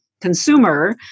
consumer